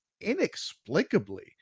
inexplicably